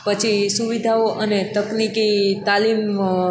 પછી સુવિધાઓ અને તકનીકી તાલીમ